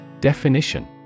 Definition